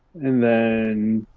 and then,